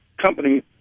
company